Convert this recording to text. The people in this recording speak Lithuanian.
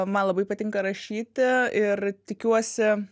man labai patinka rašyti ir tikiuosi